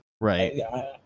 right